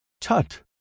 Tut